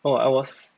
well I was